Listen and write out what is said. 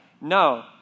No